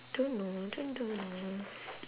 don't know don't don't know eh